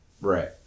Right